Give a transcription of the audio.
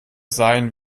sein